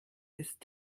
ist